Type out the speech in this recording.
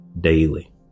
daily